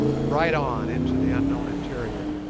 right on into the unknown interior.